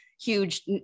huge